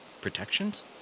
Protections